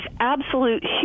absolute